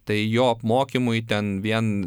tai jo apmokymui ten vien